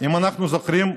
אם אנחנו זוכרים,